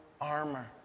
armor